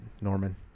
Norman